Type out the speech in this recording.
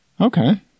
Okay